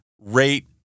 rate